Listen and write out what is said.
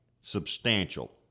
Substantial